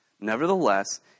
Nevertheless